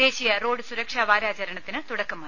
ദേശീയ റോഡ് സുരക്ഷാ വാരാചരണത്തിന് തുടക്കമായി